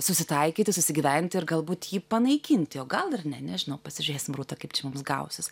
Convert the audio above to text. susitaikyti susigyventi ir galbūt jį panaikinti o gal ir ne nežinau pasižiūrėsim rūta kaip čia mums gausis